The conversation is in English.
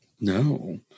No